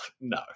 No